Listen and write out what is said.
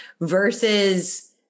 versus